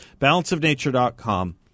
Balanceofnature.com